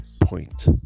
point